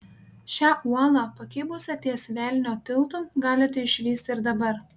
šią uolą pakibusią ties velnio tiltu galite išvysti ir dabar